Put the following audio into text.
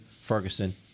Ferguson